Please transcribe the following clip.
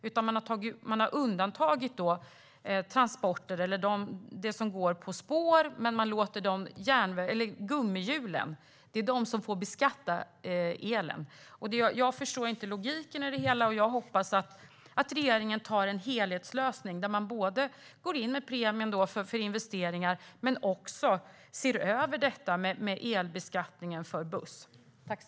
Man har undantagit det som går på spår, men det som går på gummihjul elbeskattas. Jag förstår inte logiken i det hela. Jag hoppas att regeringen finner en helhetslösning med en premie för investeringar men också ser över detta med elbeskattningen för buss.